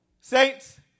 Saints